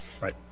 right